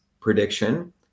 prediction